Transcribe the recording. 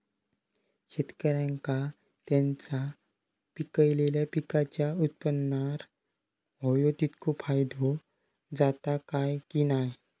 शेतकऱ्यांका त्यांचा पिकयलेल्या पीकांच्या उत्पन्नार होयो तितको फायदो जाता काय की नाय?